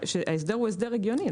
ההסדר הוא הסדר הגיוני.